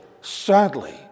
sadly